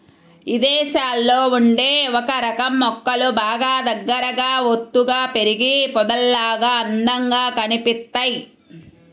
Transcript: ఇదేశాల్లో ఉండే ఒకరకం మొక్కలు బాగా దగ్గరగా ఒత్తుగా పెరిగి పొదల్లాగా అందంగా కనిపిత్తయ్